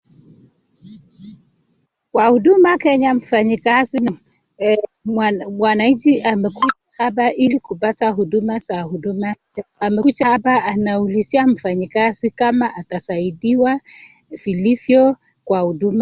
Kwa huduma Kenya mfanyikazi na mwananchi amekuja hapa ilikupata huduma za huduma . Amekuja hapa anaulizia mfanyakazi kama atasaidiwa vilivyo kwa huduma